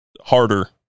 Harder